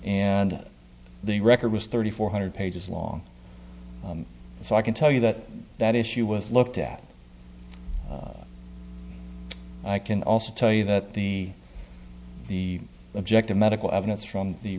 and the record was thirty four hundred pages long so i can tell you that that issue was looked at and i can also tell you that the the objective medical evidence from the